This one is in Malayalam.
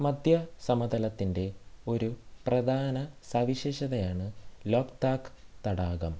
മധ്യ സമതലത്തിൻ്റെ ഒരു പ്രധാന സവിശേഷതയാണ് ലോക്താക് തടാകം